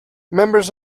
members